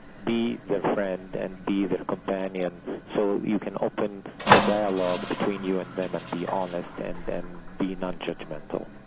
be their friend and be their companion so you can open the dialogue between you and them and be honest and and be non-judgmental.